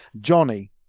Johnny